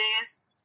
days